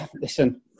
Listen